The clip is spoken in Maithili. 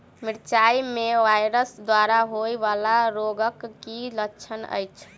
मिरचाई मे वायरस द्वारा होइ वला रोगक की लक्षण अछि?